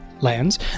lands